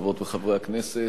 חברות וחברי הכנסת,